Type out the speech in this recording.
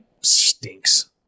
stinks